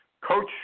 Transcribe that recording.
Coach